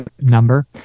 number